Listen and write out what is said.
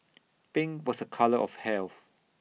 pink was A colour of health